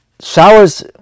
showers